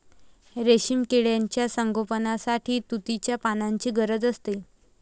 रेशीम किड्यांच्या संगोपनासाठी तुतीच्या पानांची गरज असते